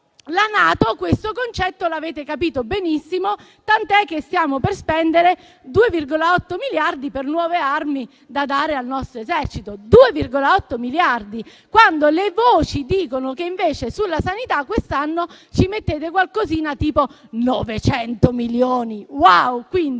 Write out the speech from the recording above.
la NATO, questo concetto lo capite benissimo, tanto che stiamo per spendere 2,8 miliardi per nuove armi da dare al nostro Esercito. 2,8 miliardi! Le voci dicono che invece sulla sanità quest'anno ci mettete qualcosa tipo 900 milioni: *wow*!